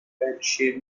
berkshire